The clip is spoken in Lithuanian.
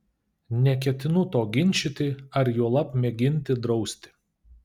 neketinu to ginčyti ar juolab mėginti drausti